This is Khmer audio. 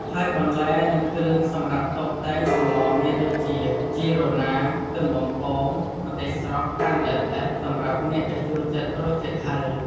ហើយបន្លែ និងគ្រឿងសម្រាប់តុបតែងសម្លមានដូចជា ជីរណា ខ្ទឹមបំពង ម្ទេសស្រស់ហាន់ល្អិតៗ សម្រាប់អ្នកដែលចូលចិត្តរសជាតិហឹរ។